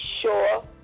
sure